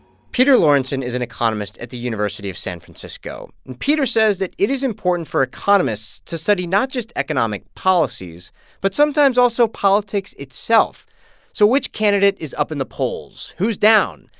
peter lorentzen is an economist at the university of san francisco. and peter says that it is important for economists to study not just economic policies but sometimes also politics itself so which candidate is up in the polls? who's down?